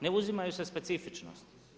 Ne uzimaju se specifičnosti.